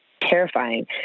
terrifying